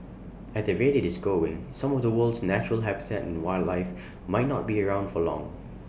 at the rate IT is going some of the world's natural habitat and wildlife might not be around for long